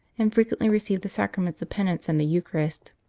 and frequently received the sacraments of penance and the eucharist.